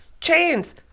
chains